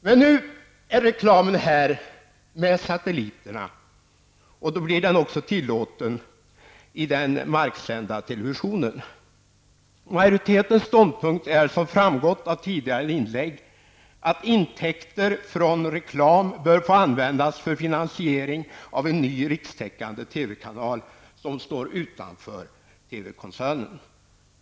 Men nu är reklamen här med satelliterna, och då blir den också tillåten i den marksända televisionen. Majoritetetens ståndpunkt är, som framgått av tidigare inlägg, att intäkter från reklam bör få användas för finansiering av en ny rikstäckande TV-kanal, som står utanför TV koncernen.